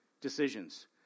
decisions